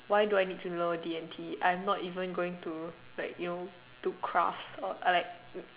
why do I need to know D and T I'm not even going to like you know to craft or like